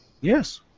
Yes